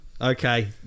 Okay